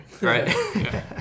Right